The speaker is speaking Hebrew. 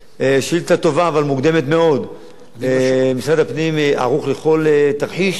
משרד הפנים ערוך לכל תרחיש ולכל שינוי בהקדם האפשרי.